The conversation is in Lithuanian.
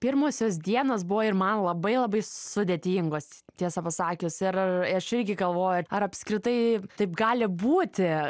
pirmosios dienos buvo ir man labai labai sudėtingos tiesą pasakius ir aš irgi galvoju ar apskritai taip gali būti